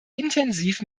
intensiv